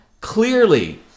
Clearly